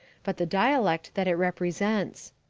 but the dialect that it represents.